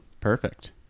perfect